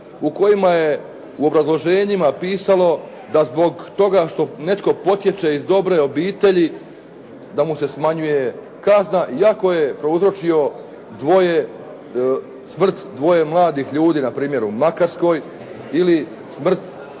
u kojima je u obrazloženjima pisalo da zbog toga što netko potječe iz dobre obitelji da mu se smanjuje kazna iako je prouzročio smrt dvoje mladih ljudi npr. u Makarskoj ili smrt